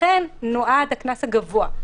לכך נועד הקנס הגבוה.